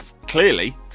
clearly